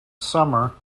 summer